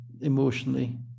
emotionally